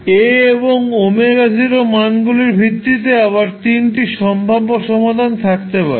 Α এবং ω0 এর মানগুলির ভিত্তিতে আবার তিনটি সম্ভাব্য সমাধান থাকতে পারে